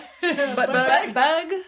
bug